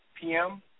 PM